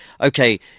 okay